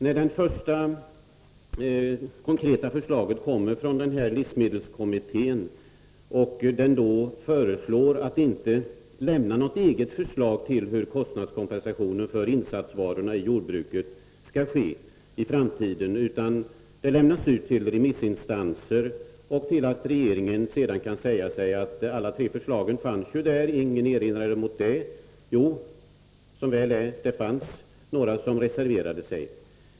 När det första konkreta förslaget kom från livsmedelskommittén, innebar det att denna inte skall lämna något eget förslag till hur kostnadskompensationen för insatsvarorna i jordbruket skall ske i framtiden, utan förslaget lämnas ut till olika remissinstanser. Sedan kan regeringen säga att alla tre förslagen fanns där och att ingen hade någon erinran mot det. Jo, som väl är, fanns det några som reserverade sig mot förslaget.